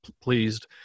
pleased